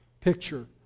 picture